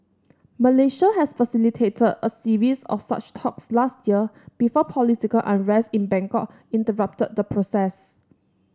Malaysia has facilitated a series of such talks last year before political unrest in Bangkok interrupted the process